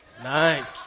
Nice